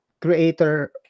creator